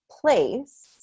place